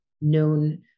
known